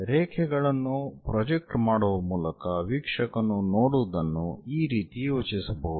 ರೇಖೆಗಳನ್ನು ಪ್ರೊಜೆಕ್ಟ್ ಮಾಡುವ ಮೂಲಕ ವೀಕ್ಷಕನು ನೋಡುವುದನ್ನು ಈ ರೀತಿ ಯೋಚಿಸಬಹುದು